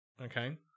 Okay